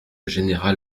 général